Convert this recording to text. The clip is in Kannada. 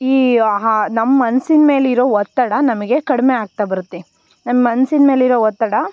ಈ ಆ ನಮ್ಮ ಮನ್ಸಿನ ಮೇಲಿರೋ ಒತ್ತಡ ನಮಗೆ ಕಡಿಮೆ ಆಗ್ತಾ ಬರುತ್ತೆ ನಮ್ಮ ಮನ್ಸಿನ ಮೇಲಿರೋ ಒತ್ತಡ